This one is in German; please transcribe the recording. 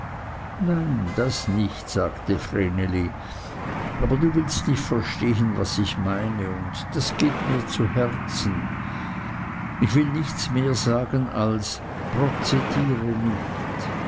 nein das nicht sagte vreneli aber du willst nicht verstehen was ich meine und das geht mir zu herzen ich will nichts mehr sagen als prozediere nicht